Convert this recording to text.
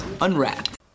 unwrapped